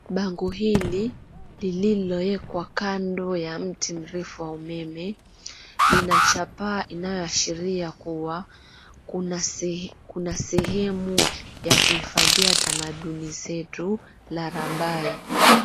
Bango hili lililowekwa kando ya mti mrefu wa umeme linachapaa inayoashiria kuwa kuna sehemu ya kuhifadhia tamaduni zetu la Rabai.